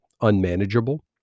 unmanageable